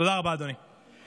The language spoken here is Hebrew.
תודה רבה, אדוני.